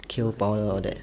kale powder all that